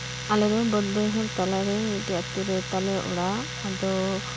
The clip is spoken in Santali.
ᱟᱞᱮᱫᱚ ᱵᱟᱹᱫ ᱵᱟᱹᱭᱦᱟᱹᱲ ᱛᱟᱞᱟᱨᱮ ᱢᱤᱫᱴᱮᱡ ᱟᱛᱩᱨᱮ ᱛᱟᱞᱮ ᱚᱲᱟᱜ ᱟᱫᱚ